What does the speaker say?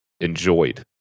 enjoyed